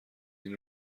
این